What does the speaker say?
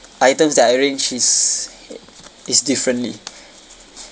items that I arranged is is differently